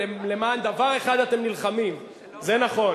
אלא למען דבר אחד אתם נלחמים וזה נכון,